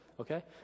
Okay